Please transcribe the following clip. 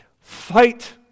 fight